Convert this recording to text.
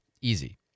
easy